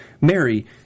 Mary